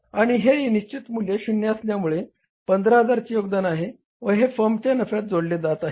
आणि हे निश्चित मूल्य 0 असल्यामुळे 15000 चे योगदान आहे व हे फर्मच्या नफ्यात जोडले जात आहेत